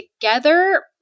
together